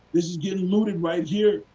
this is getting looted right here,